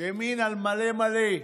ימין על מלא מלא.